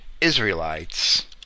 Israelites